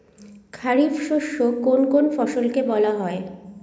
খারিফ শস্য কোন কোন ফসলকে বলা হয়?